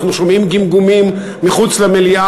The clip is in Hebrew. אנחנו שומעים גמגומים מחוץ למליאה.